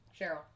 Cheryl